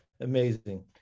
Amazing